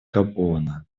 габона